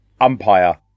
umpire